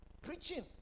Preaching